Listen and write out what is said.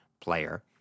player